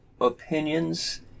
opinions